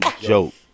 joke